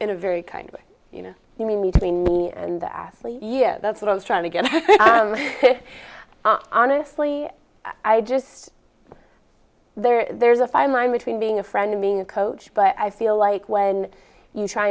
in a very kind of you know i mean between me and the athlete yeah that's what i'm trying to get honestly i just there there's a fine line between being a friend and being a coach but i feel like when you try